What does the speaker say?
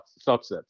subsets